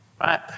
right